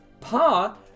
Pa